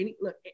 look